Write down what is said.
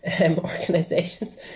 organizations